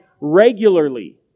regularly